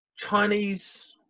chinese